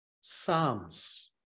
Psalms